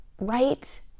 right